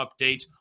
updates